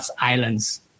islands